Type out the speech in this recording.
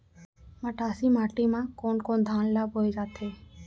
मटासी माटी मा कोन कोन धान ला बोये जाथे?